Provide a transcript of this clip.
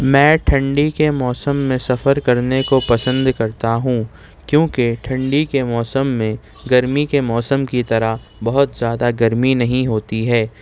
میں ٹھنڈی کے موسم میں سفر کرنے کو پسند کرتا ہوں کیوں کہ ٹھنڈی کے موسم میں گرمی کے موسم کی طرح بہت زیادہ گرمی نہیں ہوتی ہے